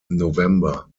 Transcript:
november